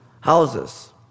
houses